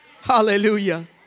Hallelujah